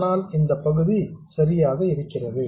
அதனால் இந்தப் பகுதி சரியாக இருக்கிறது